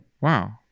Wow